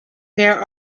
there